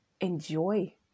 enjoy